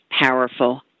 powerful